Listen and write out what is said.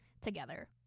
together